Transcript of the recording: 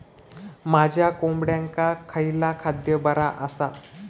माझ्या कोंबड्यांका खयला खाद्य बरा आसा?